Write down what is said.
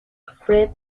fred